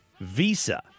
visa